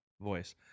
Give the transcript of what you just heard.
Voice